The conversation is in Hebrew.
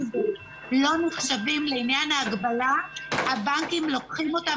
כזאת לא נחשבים לעניין ההגבלה הבנקים לוקחים אותם